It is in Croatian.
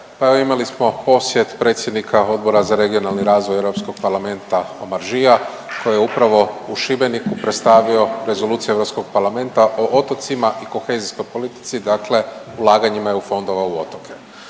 evo imali smo posjet predsjednika Odbora za regionalni razvoj EU Parlamenta Omarjeea koji je upravo u Šibeniku predstavio Rezoluciju EU Parlamenta o otocima i kohezijskoj politici dakle ulaganjima eu fondova u otoke.